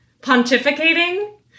pontificating